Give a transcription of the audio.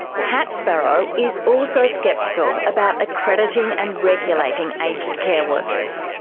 pat sparrow is also sceptical about accrediting and regulating aged care workers.